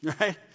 Right